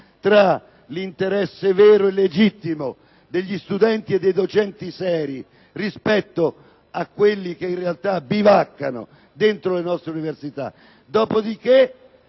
tra l’interesse vero e legittimo degli studenti e dei docenti seri e quello di quanti in realtabivaccano dentro le nostre universita. Dopo di che